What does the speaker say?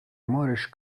moreš